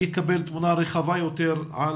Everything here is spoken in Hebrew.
יקבל תמונה רחבה יותר גם על